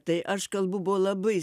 tai aš kalbu buvo labai